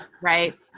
right